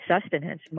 sustenance